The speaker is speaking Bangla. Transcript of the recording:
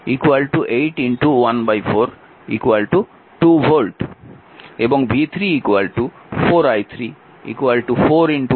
এবং v3 4 i3 4 125 5 ভোল্ট